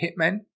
hitmen